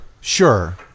Sure